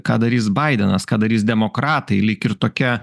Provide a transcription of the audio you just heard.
ką darys baidenas ką darys demokratai lyg ir tokia